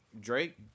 Drake